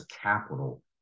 capital